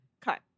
cut